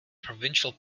provincial